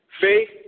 Faith